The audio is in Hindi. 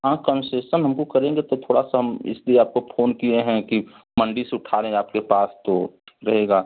हाँ कंसेसन हमको करेंगे तो थोड़ा सा हम इसलिए आपको फोन किए हैं कि मंडी से उठा रहे हैं आप के पास तो रहेगा